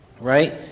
right